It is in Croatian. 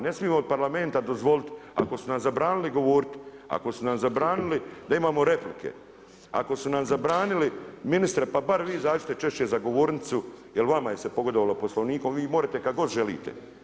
Ne smije od parlamenta dozvolit, ako su nam zabranili govoriti, ako su nam zabranili da imamo replike, ako su nam zabranili, ministre, pa bar vi izađite češće za govornicu jer vama je se pogodovalo Poslovnikom, vi morete kad god želite.